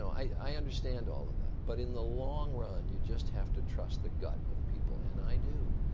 i understand all of that. but in the long run you just have to trust the gut of people. and i do.